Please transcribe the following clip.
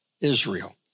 Israel